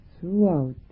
throughout